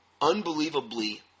unbelievably